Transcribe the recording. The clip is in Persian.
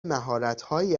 مهارتهایی